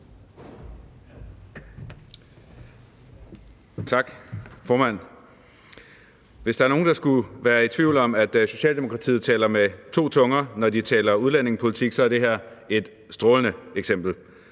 Tak, formand. Hvis der er nogen, der skulle være i tvivl om, at Socialdemokratiet taler med to tunger, når de taler om udlændingepolitik, er det her et strålende eksempel.